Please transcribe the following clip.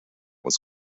was